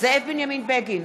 זאב בנימין בגין,